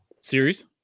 series